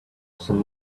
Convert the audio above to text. some